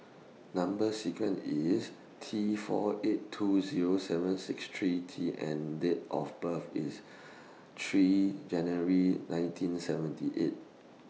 Number sequence IS T four eight two Zero seven six three T and Date of birth IS three January nineteen seventy eight